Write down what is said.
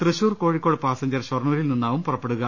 Thrissur Kozhikode passenger ഷൊർണൂരിൽ നിന്നാവും പുറപ്പെടുക